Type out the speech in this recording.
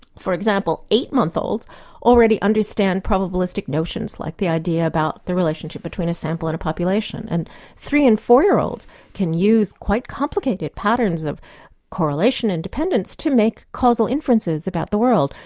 for example, eight month olds already understand probabilistic notions like the idea about the relationship between a sample and a population, and three and four year olds can use quite complicated patterns of correlation and dependence to make causal inferences about the world.